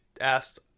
asked